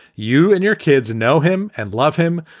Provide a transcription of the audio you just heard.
you and your kids know him and love him.